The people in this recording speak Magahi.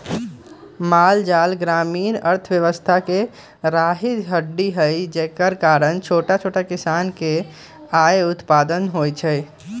माल जाल ग्रामीण अर्थव्यवस्था के रीरह के हड्डी हई जेकरा कारणे छोट छोट किसान के आय उत्पन होइ छइ